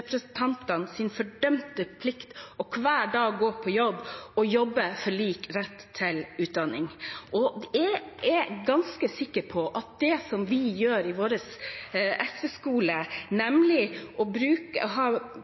fordømte plikt hver dag å gå på jobb og jobbe for lik rett til utdanning. Jeg er ganske sikker på det som vi gjør i vår SV-skole, nemlig å ha